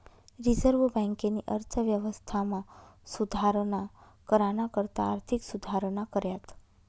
reserve बँकेनी अर्थव्यवस्थामा सुधारणा कराना करता आर्थिक सुधारणा कऱ्यात